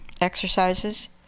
exercises